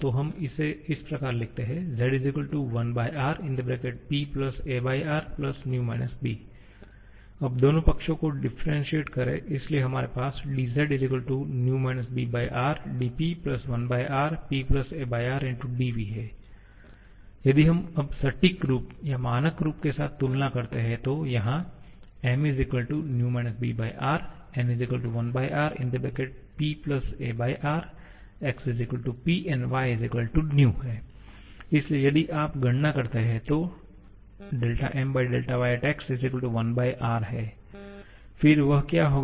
तो हम इसे इस प्रकार लिखते हैं Z 1R𝑃 𝑎R 𝑣 − 𝑏 अब दोनों पक्षों को डिफ्रेंशिएट करें इसलिए हमारे पास 𝑑𝑧 𝑣 −bR𝑑𝑃 1R𝑃 𝑎R 𝑑𝑣 यदि हम अब सटीक रूप या मानक रूप के साथ तुलना करते हैं तो यहां 𝑀 ≡ 𝑣 − 𝑏R 𝑁 ≡1R 𝑃 aR x ≡ P y ≡ v इसलिए यदि आप गणना करते हैं तो Myx 1R फिर वह क्या होगा